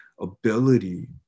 ability